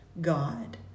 God